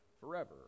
forever